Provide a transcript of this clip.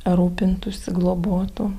rūpintųsi globotų